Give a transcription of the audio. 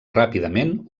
ràpidament